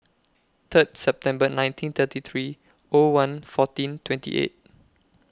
Third September nineteen thirty three O one fourteen twenty eight